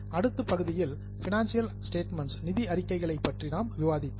அடுத்த பகுதியில் financial statements நிதி அறிக்கைகளை பற்றி நாம் விவாதித்தோம்